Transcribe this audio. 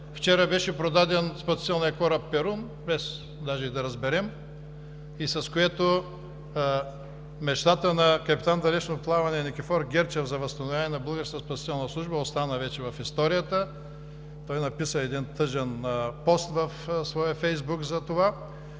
Вчера беше продаден спасителният кораб „Перун“, без даже и да разберем и с което мечтата на капитан далечно плаване Никифор Герчев за възстановяване на Българската спасителна служба остана вече в историята. Той написа един тъжен пост в своя Фейсбук за това.